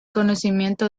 conocimiento